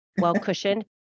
well-cushioned